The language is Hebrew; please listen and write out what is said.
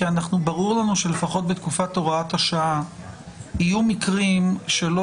ברור לנו שלפחות בתקופת הוראת השעה יהיו מקרים שלא